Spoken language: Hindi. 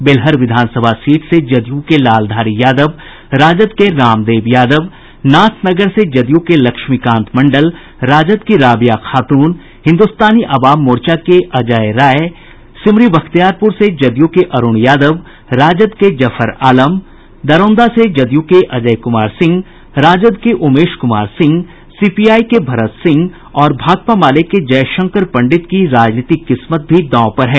बेलहर विधानसभा सीट से जदयू के लालधारी यादव राजद के रामदेव यादव नाथनगर से जदयू के लक्ष्मीकांत मंडल राजद की राबिया खातून हिन्दुस्तानी अवाम मोर्चा के अजय राय सिमरी बख्तियारपुर से जदयू के अरूण यादव राजद के जफर आलम दरौंदा से जदयू के अजय कुमार सिंह राजद के उमेश कुमार सिंह सीपीआई के भरत सिंह और भाकपा माले के जयशंकर पंडित की राजनीतिक किस्मत भी दांव पर है